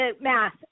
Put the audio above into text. Math